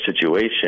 situation